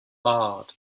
barred